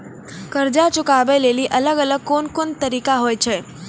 कर्जा चुकाबै लेली अलग अलग कोन कोन तरिका होय छै?